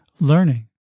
learning